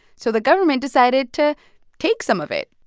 so the government decided to take some of it,